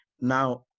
now